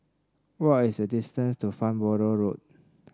what are is the distance to Farnborough Road